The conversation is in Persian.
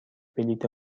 بلیط